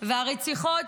הרציחות,